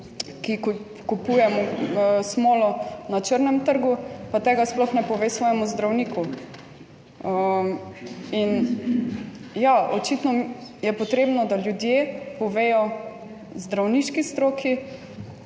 ki kupuje smolo na črnem trgu, pa tega sploh ne pove svojemu zdravniku. In ja, očitno je potrebno, da ljudje povedo zdravniški stroki,